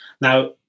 Now